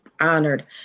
honored